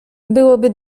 byłoby